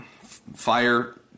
Fire